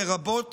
לרבות